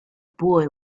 boy